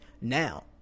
now